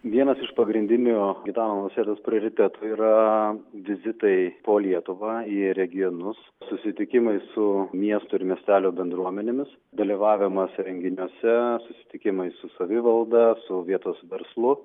vienas iš pagrindinių gitano nausėdos prioritetų yra vizitai po lietuvą į regionus susitikimai su miestų ir miestelių bendruomenėmis dalyvavimas renginiuose susitikimai su savivalda su vietos verslu